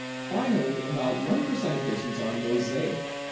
finally, about one percent of patients are mosaic,